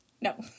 No